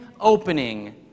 opening